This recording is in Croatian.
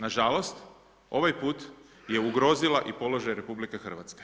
Nažalost, ovaj put je ugrozila i položaj RH.